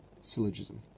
syllogism